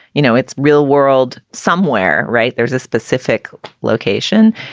you know, it's real world somewhere, right? there's a specific location.